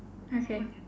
okay